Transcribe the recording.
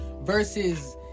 versus